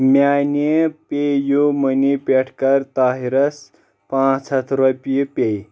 میانہِ پے یوٗ مٔنی پٮ۪ٹھ کَر طاہِرس پانژھ ہتھ رۄپیہِ پے